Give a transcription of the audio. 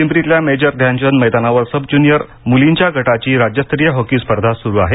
पिंपरीतल्या major Dhyanchand मैदानावर sub junior मुलींच्या गटाची राज्यस्तरीय हॉकी स्पर्धा सुरु आहे